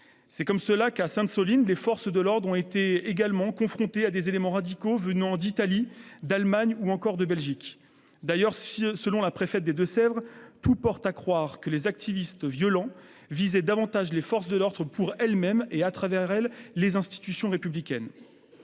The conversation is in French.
Ainsi, à Sainte-Soline, les forces de l'ordre ont également été confrontées à des éléments radicaux venant d'Italie, d'Allemagne ou encore de Belgique. D'ailleurs, selon la préfète des Deux-Sèvres, « tout porte à croire que les activistes violents visaient davantage les forces de l'ordre pour elles-mêmes et, à travers elles, les institutions républicaines